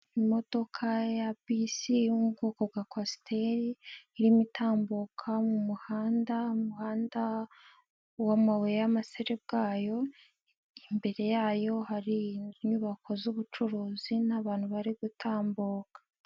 Imodoka ya bisi yo mu bwoko bwa kwasiteri irimo itambuka mu muhanda, umuhanda w'amabuye y'amaserebwayo, imbere yayo hari inyubako z'ubucuruzi n'abantu bari gutambuka.